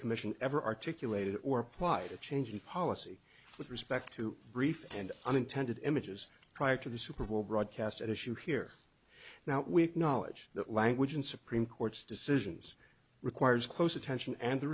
commission ever articulated or applied a change in policy with respect to brief and unintended images prior to the super bowl broadcast at issue here now with knowledge that language in supreme court's decisions requires close attention and the